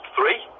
Three